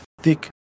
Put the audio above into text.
thick